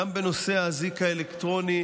גם בנושא האזיק האלקטרוני,